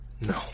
No